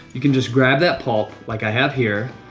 you can just grab that pulp, like i have here,